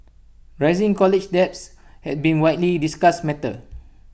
rising college debts has been widely discussed matter